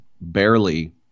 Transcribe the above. barely